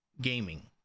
gaming